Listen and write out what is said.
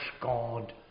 God